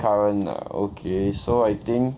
current ah so I think